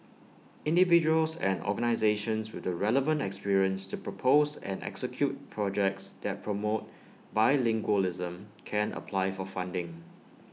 individuals and organisations with the relevant experience to propose and execute projects that promote bilingualism can apply for funding